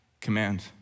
command